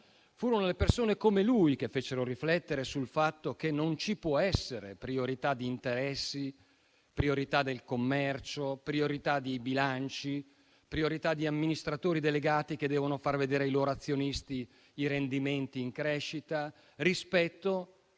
Furono le persone come lui che fecero riflettere sul fatto che non ci può essere priorità di interessi, priorità del commercio, priorità di bilanci, priorità di amministratori delegati che devono far vedere ai loro azionisti i rendimenti in crescita, rispetto